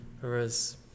Whereas